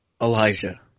Elijah